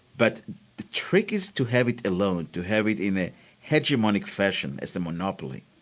but the trick is to have it alone, to have it in a hegemonic fashion, as the monopoly.